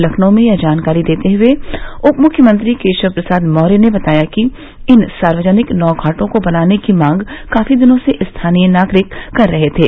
लखनऊ में यह जानकारी देते हुए उप मुख्यमंत्री केशव प्रसाद मौर्य ने बताया कि इन सार्वजनिक नौघाटों को बनाने की मांग काफी दिनों से स्थानीय नागरिक कर रहे थे